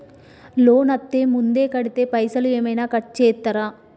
Loan అత్తే ముందే కడితే పైసలు ఏమైనా కట్ చేస్తరా?